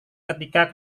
ketika